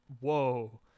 Whoa